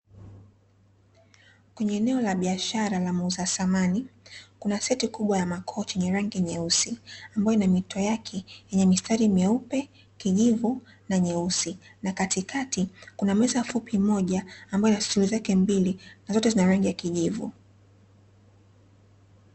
Kwenye eneo la biashara la muuza samani, kuna seti kubwa ya makochi yenye rangi nyeusi, ambayo ina mito yake yenye mistari meupe, kijivu na nyeusi na katikati kuna meza fupi moja ambayo ina stuli zake mbili, zote zina rangi ya kijivu.